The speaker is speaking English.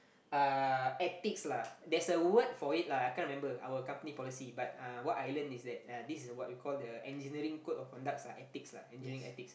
uh ethics lah there's a word for it lah I can't remember our company policy but uh what I learnt is that uh this is what we call the engineering code of conducts lah ethics lah engineering ethics